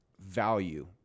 value